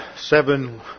seven